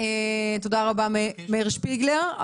רבה, מאיר שפיגלר.